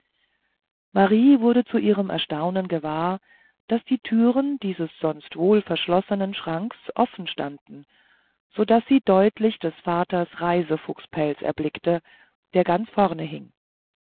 marie wurde zu ihrem erstaunen gewahr daß die türen dieses sonst wohl verschlossenen schranks offen standen so daß sie deutlich des vaters reisefuchspelz erblickte der ganz vorne hing